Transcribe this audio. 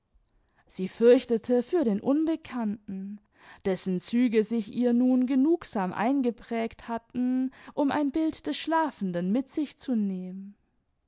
sie fürchtete für den unbekannten dessen züge sich ihr nun genugsam eingeprägt hatten um ein bild des schlafenden mit sich zu nehmen